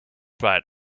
bright